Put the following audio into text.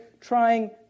trying